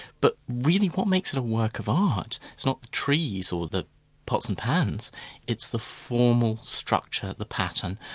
but really what makes it a work of art? it's not the trees, or the pots and pans it's the formal structure, the pattern.